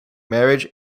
marriage